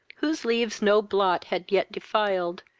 whose leaves no blot had yet defiled,